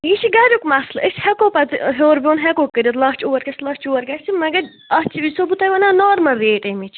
یہِ چھِ گَریُک مسلہٕ أسۍ ہیٚکَو پتہٕ ہیٚور بۅن ہیٚکَو کٔرِتھ لَچھ اور گَژھِ لَچھ یوٗر گَژھِ مگر اَتھ چھِ یہِ چھَسَو بہٕ تۄہہِ ونان نارمَل ریٹ اَمِچ